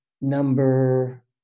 number